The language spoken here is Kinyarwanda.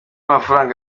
amafaranga